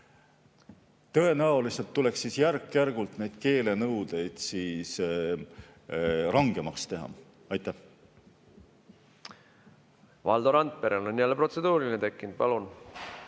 tõenäoliselt tuleks järk‑järgult neid keelenõudeid rangemaks teha. Valdo Randperel on jälle protseduuriline tekkinud. Palun!